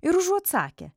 ir užuot sakę